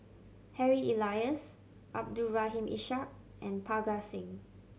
Harry Elias Abdul Rahim Ishak and Parga Singh